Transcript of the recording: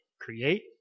create